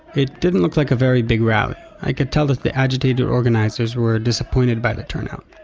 it didn't look like a very big rally, i could tell that the agitated organizers were disappointed by the turnout.